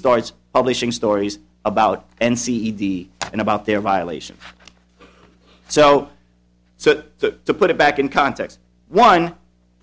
starts publishing stories about and cd and about their violation so so so to put it back in context one